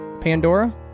Pandora